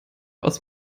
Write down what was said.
aus